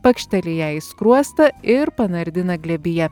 pakšteli jai į skruostą ir panardina glėbyje